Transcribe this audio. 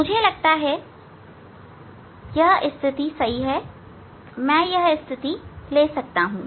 मुझे लगता है यह स्थिति मैं यह स्थिति ले सकता हूं